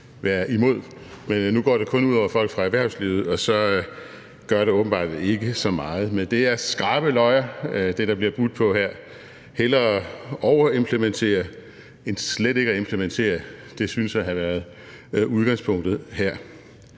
være imod, men nu går det kun ud over folk fra erhvervslivet, og så gør det åbenbart ikke så meget. Men det er grove løjer, der bliver budt på her. Hellere overimplementere end slet ikke at implementere – det synes at have været udgangspunktet her.